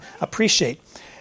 appreciate